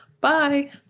Bye